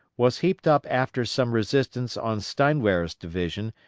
was heaped up after some resistance on steinwehr's division,